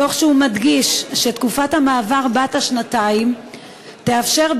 תוך שהוא מדגיש שתקופת המעבר בת השנתיים תאפשר,